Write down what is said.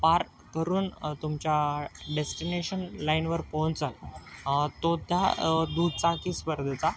पार करून तुमच्या डेस्टिनेशन लाइनवर पोहोचंल तो त्या दुचाकी स्पर्धेचा